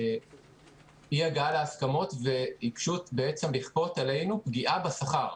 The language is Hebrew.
אי הגעה להסכמות ועיקשות בעצם לכפות עלינו פגיעה בשכר,